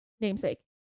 namesake